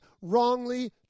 wrongly